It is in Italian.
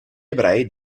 ebrei